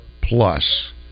Plus